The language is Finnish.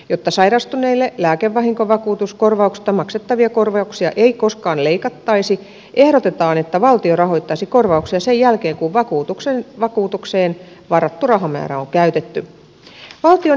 jotta sairastuneille lääkevahinkovakuutuksesta maksettavia korvauksia ei koskaan leikattaisi ehdotetaan että valtio rahoittaisi korvauksia sen jälkeen kun vakuutukseen varattu raha määrä on käytetty